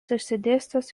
išsidėstęs